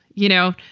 you know,